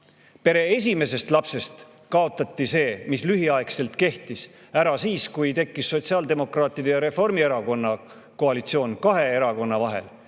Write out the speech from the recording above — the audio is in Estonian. Pere esimesest lapsest [alates] kaotati see, mis lühiaegselt kehtis, ära siis, kui tekkis sotsiaaldemokraatide ja Reformierakonna koalitsioon kahe erakonna vahel,